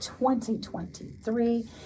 2023